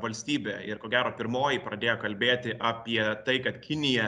valstybė ir ko gero pirmoji pradėjo kalbėti apie tai kad kinija